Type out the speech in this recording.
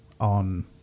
on